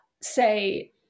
say